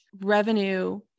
revenue